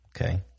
Okay